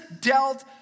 dealt